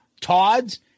Todd's